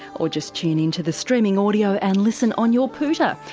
or just tune into the streaming audio and listen on your pooter.